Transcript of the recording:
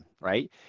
right